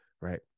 right